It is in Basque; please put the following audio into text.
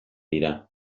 dira